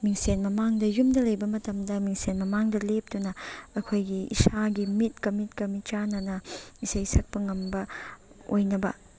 ꯃꯤꯡꯁꯦꯜ ꯃꯃꯥꯡꯗ ꯌꯨꯝꯗ ꯂꯩꯕ ꯃꯇꯝꯗ ꯃꯤꯡꯁꯦꯜ ꯃꯃꯥꯡꯗ ꯂꯦꯞꯇꯨꯅ ꯑꯩꯈꯣꯏꯒꯤ ꯏꯁꯥꯒꯤ ꯃꯤꯠꯀ ꯃꯤꯠꯀ ꯃꯤꯆꯥꯟꯅꯅ ꯏꯁꯩ ꯁꯛꯄ ꯉꯝꯕ ꯑꯣꯏꯅꯕ